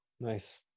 Nice